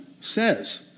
says